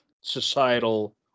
societal